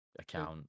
account